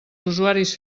usuaris